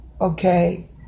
Okay